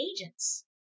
agents